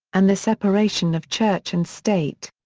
and the separation of church and state.